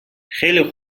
خیلی